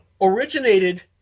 originated